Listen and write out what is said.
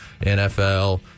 NFL